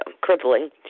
crippling